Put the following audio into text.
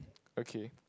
okay